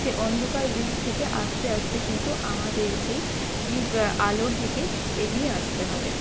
সে অন্ধকার দিক থেকে আস্তে আস্তে কিন্তু আমাদেরকেই ই আলোর দিকে এগিয়ে আসতে হবে